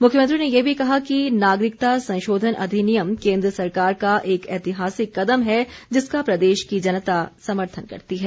मुख्यमंत्री ने ये भी कहा कि नागरिकता संशोधन अधिनियम केन्द्र सरकार का एक ऐतिहासिक कदम है जिसका प्रदेश की जनता समर्थन करती है